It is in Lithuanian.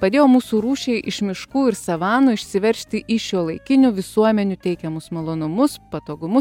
padėjo mūsų rūšiai iš miškų ir savanų išsiveržti į šiuolaikinių visuomenių teikiamus malonumus patogumus